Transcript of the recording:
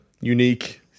Unique